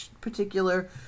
particular